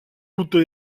toutes